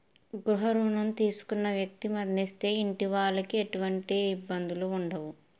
గృహ రుణం తీసుకున్న వ్యక్తి మరణిస్తే ఇంటి వాళ్లకి ఎటువంటి ఇబ్బందులు ఉండవు